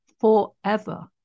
forever